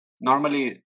Normally